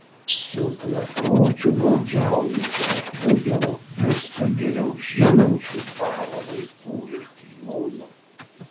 silpnapročiu baudžiauninku ujamu viską geriau žinančių dvaro vaitų ir tijūnų